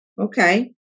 Okay